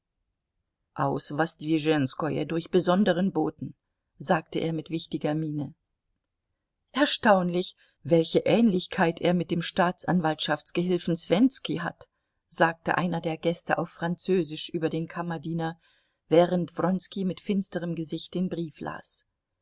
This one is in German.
aus wosdwischenskoje durch besonderen boten sagte er mit wichtiger miene erstaunlich welche ähnlichkeit er mit dem staatsanwaltschaftsgehilfen swentizki hat sagte einer der gäste auf französisch über den kammerdiener während wronski mit finsterem gesicht den brief las